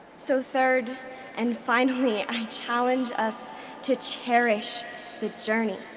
so third and finally, i challenge us to cherish the journey.